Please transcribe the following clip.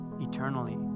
eternally